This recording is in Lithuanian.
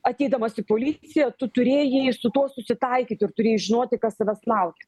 ateidamas į policiją tu turėjai su tuo susitaikyti ir turėjai žinoti kas tavęs laukia